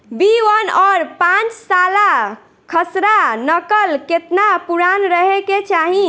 B one और पांचसाला खसरा नकल केतना पुरान रहे के चाहीं?